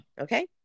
Okay